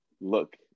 look